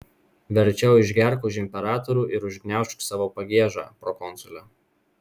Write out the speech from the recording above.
verčiau išgerk už imperatorių ir užgniaužk savo pagiežą prokonsule